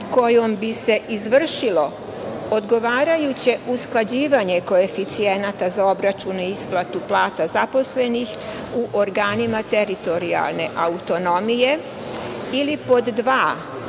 kojom bi se izvršilo odgovarajuće usklađivanje koeficijenata za obračun i isplatu plata zaposlenih u organima teritorijalne autonomije ili, pod dva,